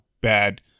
bad